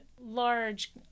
large